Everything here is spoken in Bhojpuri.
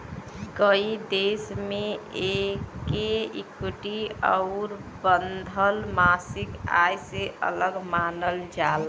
कई देश मे एके इक्विटी आउर बंधल मासिक आय से अलग मानल जाला